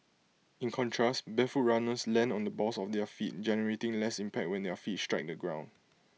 in contrast barefoot runners land on the balls of their feet generating less impact when their feet strike the ground